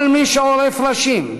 כל מי שעורף ראשים,